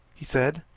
he said.